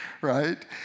right